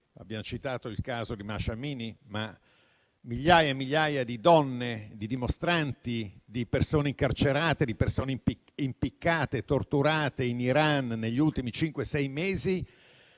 Abbiamo citato il caso di Masha Amini, ma migliaia e migliaia di donne, di dimostranti e di persone sono state incarcerate, impiccate e torturate in Iran negli ultimi cinque-sei